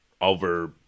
over